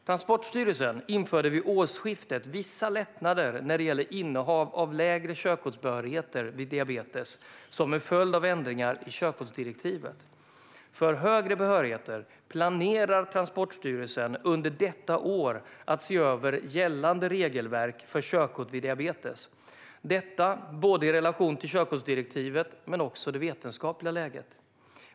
Transportstyrelsen införde vid årsskiftet som en följd av ändringar i körkortsdirektivet vissa lättnader rörande innehav av lägre körkortsbehörigheter vid diabetes. För högre behörigheter planerar Transportstyrelsen under detta år att se över gällande regelverk för körkort vid diabetes, detta i relation till både körkortsdirektivet och det vetenskapliga läget.